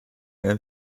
and